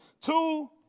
Two